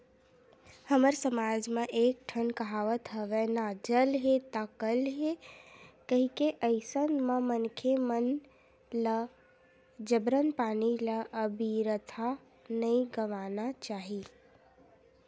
हमर समाज म एक ठन कहावत हवय ना जल हे ता कल हे कहिके अइसन म मनखे मन ल जबरन पानी ल अबिरथा नइ गवाना चाही